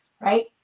right